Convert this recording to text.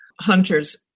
Hunter's